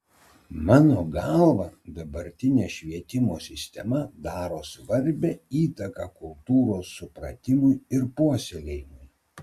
mano galva dabartinė švietimo sistema daro svarbią įtaką kultūros supratimui ir puoselėjimui